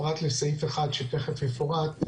פרט לסעיף 1 שתכף יפורט,